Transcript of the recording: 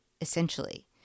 Essentially